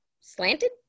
slanted